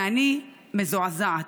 ואני מזועזעת.